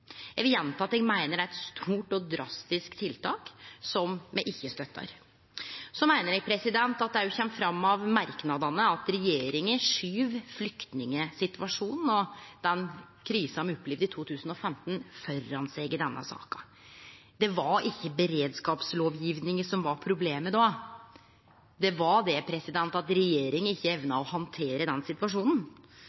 Eg vil gjenta at eg meiner det er eit stort og drastisk tiltak, som me ikkje støttar. Så meiner eg at det òg kjem fram av merknadene at regjeringa skyv flyktningsituasjonen og den krisa me opplevde i 2015, føre seg i denne saka. Det var ikkje beredskapslovgjevinga som var problemet då; det var det at regjeringa ikkje